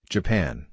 Japan